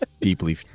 Deeply